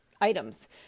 items